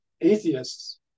atheists